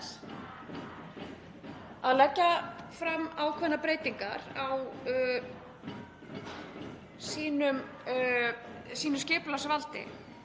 að leggja fram ákveðnar breytingar á sínu skipulagsvaldi.